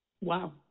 Wow